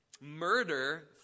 murder